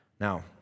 Now